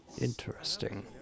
Interesting